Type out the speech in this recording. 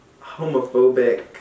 homophobic